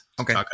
Okay